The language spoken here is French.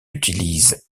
utilisent